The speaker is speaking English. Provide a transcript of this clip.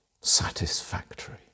satisfactory